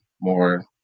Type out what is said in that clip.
more